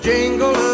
Jingle